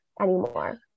anymore